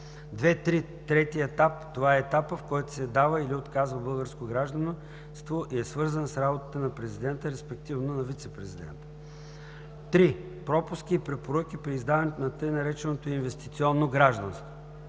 етап – това е етапът, в който се дава или отказва българско гражданство и е свързан с работата на президента, респективно вицепрезидента. 3. Пропуски и препоръки при издаването на т.нар. „инвестиционно гражданство“.